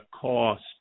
cost